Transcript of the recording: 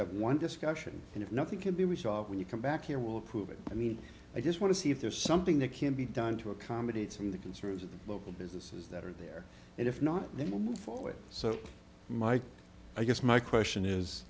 said one discussion and if nothing can be resolved when you come back here will prove it i mean i just want to see if there's something that can be done to accommodate some of the concerns of the local businesses that are there if not they will move forward so mike i guess my question is